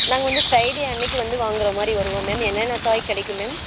நாங்கள் வந்து ஃப்ரைடே அன்றைக்கு வந்து வாங்குகிற மாதிரி வருவோம் மேம் என்னென்ன காய் கிடைக்கும் மேம்